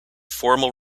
formal